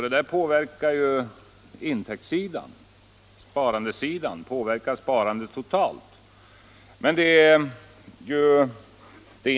Sådant påverkar intäktssidan, sparandesidan, alltså det totala sparandet.